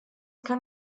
kann